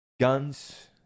guns